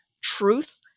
truth